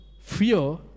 fear